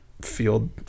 field